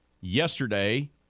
yesterday